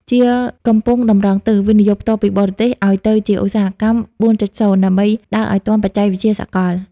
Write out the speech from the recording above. ជាកំពុងតម្រង់ទិស វិនិយោគផ្ទាល់ពីបរទេស ឱ្យទៅរក "ឧស្សាហកម្ម ៤.០" ដើម្បីដើរឱ្យទាន់បច្ចេកវិទ្យាសកល។